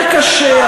יותר קשה,